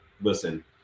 listen